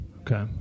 Okay